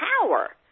power